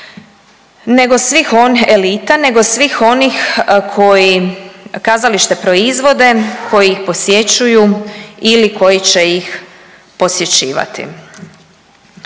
nego svih, elita, nego svih onih koji kazalište proizvode, koji ih posjećuju ili koji će ih posjećivati.